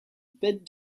bit